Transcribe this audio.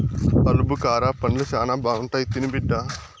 ఆలుబుకారా పండ్లు శానా బాగుంటాయి తిను బిడ్డ